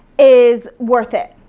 is worth it.